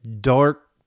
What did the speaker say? dark